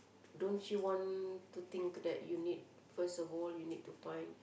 don't you want to think that you need first of all you need to find